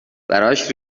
براش